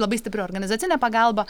labai stipri organizacinė pagalba